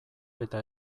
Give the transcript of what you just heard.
eta